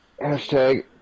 Hashtag